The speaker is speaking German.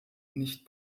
nicht